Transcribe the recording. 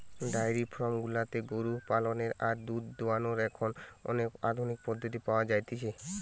diary farm গুলাতে গরু পালনের আর দুধ দোহানোর এখন অনেক আধুনিক পদ্ধতি পাওয়া যতিছে